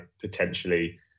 potentially